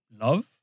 Love